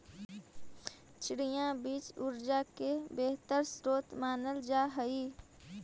chia बीज ऊर्जा के बेहतर स्रोत मानल जा हई